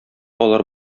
алар